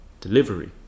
delivery